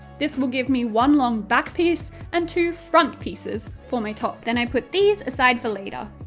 this will give me one long back piece and two front pieces for my top. then i put these aside for later.